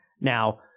now